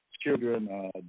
children